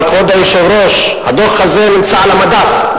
אבל, כבוד היושב-ראש, הדוח הזה נמצא על המדף.